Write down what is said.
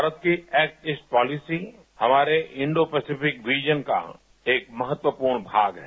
भारत की act east policy हमारे Indo Pacific region का एक महत्वपूर्ण भाग है